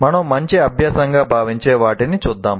మనం మంచి అభ్యాసంగా భావించే వాటిని చూద్దాం